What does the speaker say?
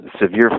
severe